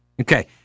Okay